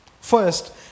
First